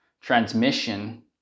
transmission